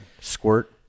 squirt